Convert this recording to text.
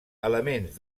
elements